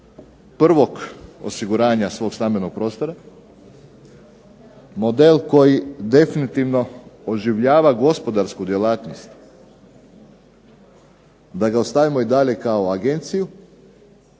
prvog osiguranja svog stambenog prostora, model koji definitivno oživljava gospodarsku djelatnost da ga ostavimo i dalje kao agenciju